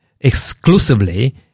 exclusively